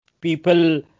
people